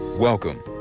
Welcome